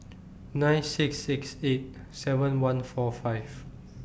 nine six six eight seven one four five